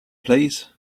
please